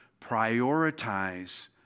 Prioritize